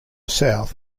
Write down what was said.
south